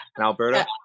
Alberta